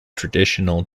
traditional